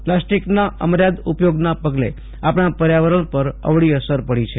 પ્લાસ્ટિકના અમયાદ ઉપયોગના પગલે આપણા પર્યાવરણ પર અવળી અસર પડી છે